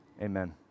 Amen